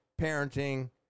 parenting